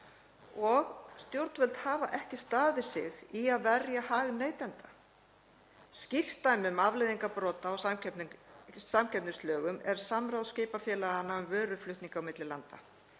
Stjórnvöld hafa ekki staðið sig í að verja hag neytenda. Skýrt dæmi um afleiðingar brota á samkeppnislögum er samráð skipafélaganna um vöruflutninga milli landa.